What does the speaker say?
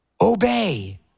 obey